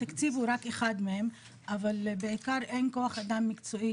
התקציב הוא רק אחד מהם אבל בעיקר אין כוח אדם מקצועי